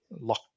lock